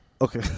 Okay